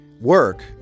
work